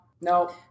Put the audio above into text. no